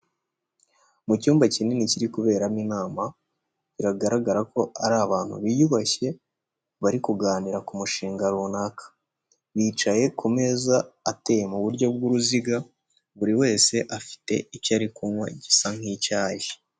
Mu cyumba kinini kiri kuberamo inama, biragaragara ko ari abantu biyubashye bari kuganira ku mushinga runaka, bicaye ku meza ateye mu buryo bw'uruziga buri wese afite icyo ari kunywa gisa nk'icyayi.